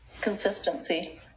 Consistency